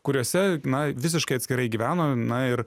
kuriuose na visiškai atskirai gyveno na ir